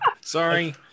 Sorry